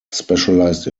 specialised